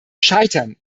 scheitern